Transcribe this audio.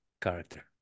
character